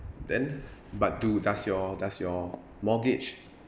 then but do does your does your mortgage